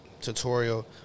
Tutorial